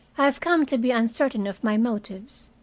i have come to be uncertain of my motives.